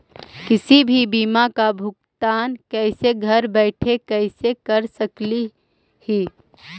किसी भी बीमा का भुगतान कैसे घर बैठे कैसे कर स्कली ही?